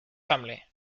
family